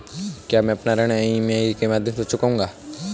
क्या मैं अपना ऋण ई.एम.आई के माध्यम से चुकाऊंगा?